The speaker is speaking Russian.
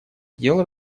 дел